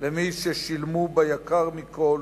למי ששילמו ביקר מכול,